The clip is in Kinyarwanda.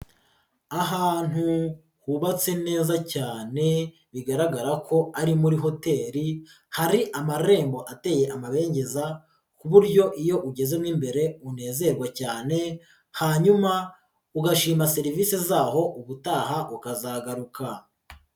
Ahantu hubatse neza cyane bigaragara ko ari muri hoteri, hari amarembo ateye amabengeza ku buryo iyo ugezemo imbere unezerwa cyane, hanyuma ugashima serivisi zaho ubutaha ukazagaruka.